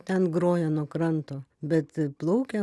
ten groja nuo kranto bet plaukia